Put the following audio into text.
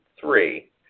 three